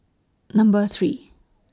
Number three